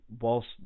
whilst